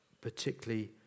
particularly